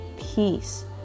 peace